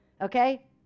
Okay